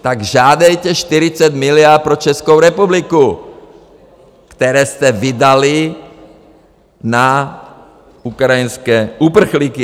Tak žádejte 40 miliard pro Českou republiku, které jste vydali na ukrajinské uprchlíky!